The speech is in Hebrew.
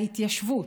ההתיישבות,